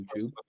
YouTube